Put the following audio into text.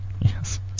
Yes